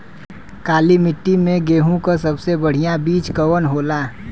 काली मिट्टी में गेहूँक सबसे बढ़िया बीज कवन होला?